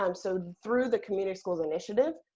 um so, through the community school's initiative,